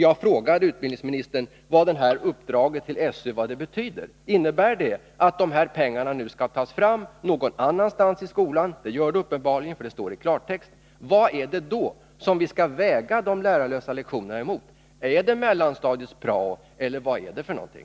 Jag frågade utbildningsministern vad detta uppdrag till SÖ betyder. Innebär det att dessa pengar nu skall tas någon annanstans i skolan? Det innebär det uppenbarligen, för det är utsagt i klartext. Vad är det då som vi skall väga de lärarlösa lektionerna mot? Är det mellanstadiets prao, eller vad är det för någonting?